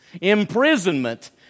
imprisonment